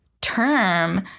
term